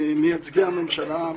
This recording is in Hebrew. אנחנו מייצגי הממשלה,